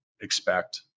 expect